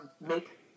make